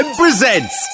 presents